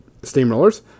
steamrollers